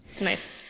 Nice